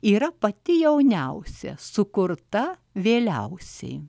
yra pati jauniausia sukurta vėliausiai